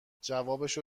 جوابشو